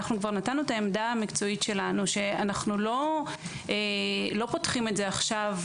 אנחנו כבר נתנו את העמדה המקצועית שלנו שאנחנו לא פותחים את זה עכשיו.